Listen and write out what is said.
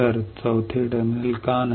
तर चौथे टर्मिनल का नाही